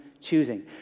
choosing